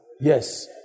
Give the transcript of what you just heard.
Yes